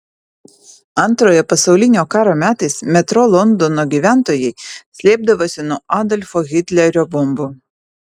antrojo pasaulinio karo metais metro londono gyventojai slėpdavosi nuo adolfo hitlerio bombų